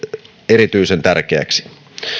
erityisen tärkeäksi